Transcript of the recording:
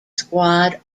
squad